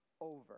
over